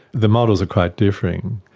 the models are quite differing.